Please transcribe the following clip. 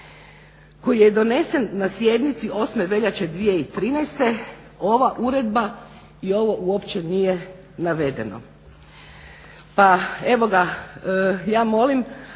koji je donesen na sjednici 8. veljače 2013. ova Uredba i ovo uopće nije navedeno. Pa evo ga, ja molim